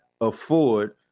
afford